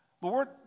Lord